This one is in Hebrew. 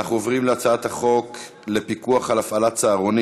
29 בעד, ללא מתנגדים ונמנעים.